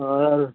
और